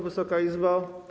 Wysoka Izbo!